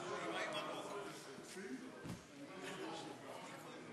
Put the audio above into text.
בבקשה, אדוני.